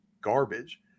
garbage